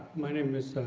my name is?